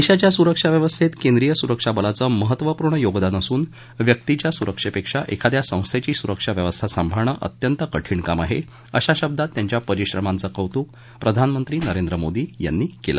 देशाच्या स्रक्षा व्यवस्थेत केंद्रीय स्रक्षा बलाचं महत्वपूर्ण योगदान असून व्यक्तीच्या सुरक्षेपेक्षा एखाद्या संस्थेची सुरक्षा व्यवस्था सांभाळणं अत्यंत कठीण काम आहे अशा शब्दांत त्यांच्या परिश्रमांचं कौत्क प्रधानमंत्री नरेंद्र मोदी यांनी केलं